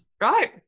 right